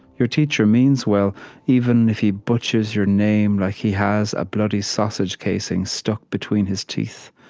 your teacher means well even if he butchers your name like he has a bloody sausage casing stuck between his teeth,